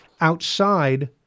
outside